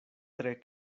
tre